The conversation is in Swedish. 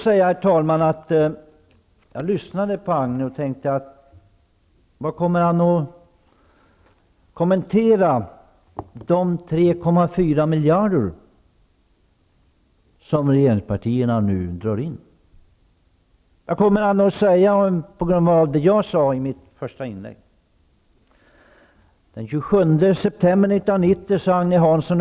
När jag lyssnade på Agne Hansson undrade jag hur han skulle kommentera de 3,4 miljarder som regeringspartierna nu drar in. Jag undrade vad Agne Hansson skulle säga med anledning av det jag sade i mitt första inlägg.